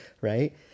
right